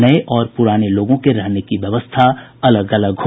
नये और पूराने लोगों के रहने की व्यवस्था अलग अलग हो